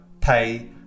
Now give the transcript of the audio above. pay